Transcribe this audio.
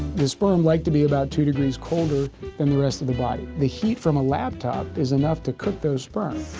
the sperm like to be about two degrees colder than the rest of the body. the heat from a laptop is enough to cook those sperm.